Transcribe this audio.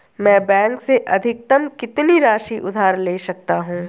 मैं बैंक से अधिकतम कितनी राशि उधार ले सकता हूँ?